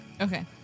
Okay